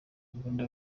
imbunda